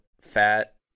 fat